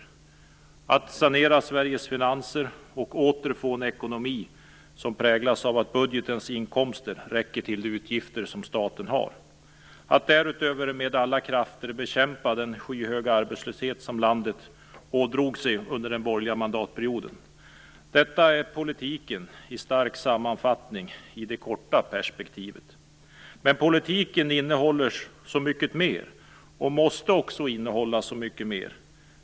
Det har varit att sanera Sveriges finanser och åter få en ekonomi som präglas av att budgetens inkomster räcker till de utgifter som staten har, och att med alla krafter bekämpa den skyhöga arbetslöshet som landet ådrog sig under den borgerliga mandatperioden. Detta är politiken i stark sammanfattning i det korta perspektivet. Men politiken innehåller så mycket mer och måste också innehålla så mycket mer.